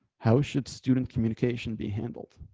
how should student communication be handled.